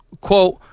quote